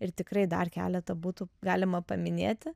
ir tikrai dar keletą būtų galima paminėti